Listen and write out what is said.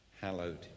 hallowed